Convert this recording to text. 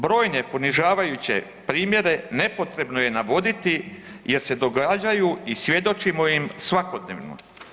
Brojne ponižavajuće primjere nepotrebno je navoditi jer se događaju i svjedočimo im svakodnevno.